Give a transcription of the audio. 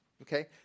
Okay